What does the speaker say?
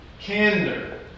candor